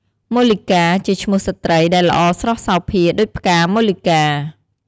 មល្លិកា ជាឈ្មោះស្ត្រីដែលល្អស្រស់សោភាដូចផ្កាមល្លិកា។